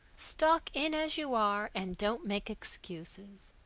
stalk in as you are and don't make excuses.